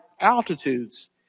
altitudes